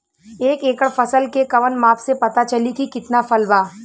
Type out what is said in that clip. एक एकड़ फसल के कवन माप से पता चली की कितना फल बा?